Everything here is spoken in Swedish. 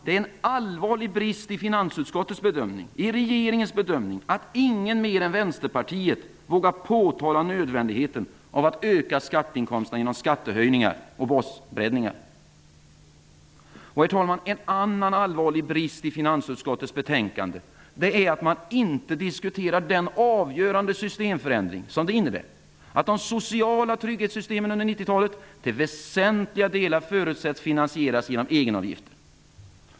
Det är en allvarlig brist i finansutskottets bedömning, och i regeringens bedömning, att ingen mer än Vänsterpartiet vågar påtala nödvändigheten av att öka skatteinkomsterna genom skattehöjningar och basbreddningar. Herr talman! En annan allvarlig brist i finansutskottets betänkande är att man inte diskuterar den avgörande systemförändring som det innebär att de sociala trygghetssystemen under 90-talet till väsentliga delar förutsätts finansieras genom egenavgifter.